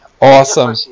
awesome